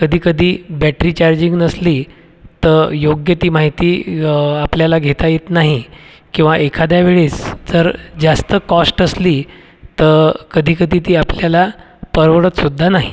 कधी कधी battery charging नसली तर योग्य ती माहिती आपल्याला घेता येत नाही किंवा एकाद्या वेळेस जर जास्त कॉस्ट असली तर कधी कधी ती आपल्याला परवडत सुद्धा नाही